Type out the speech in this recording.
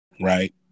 right